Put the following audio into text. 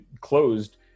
closed